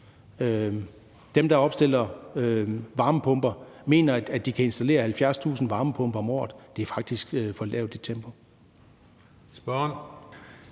Dem, der opstiller varmepumper, mener, at de kan installere 70.000 varmepumper om året. Det er faktisk for lavt et tempo.